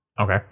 Okay